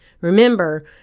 Remember